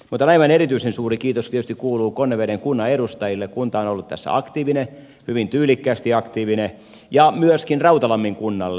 mutta aivan erityisen suuri kiitos tietysti kuuluu konneveden kunnan edustajille kunta on ollut tässä aktiivinen hyvin tyylikkäästi aktiivinen ja myöskin rautalammin kunnalle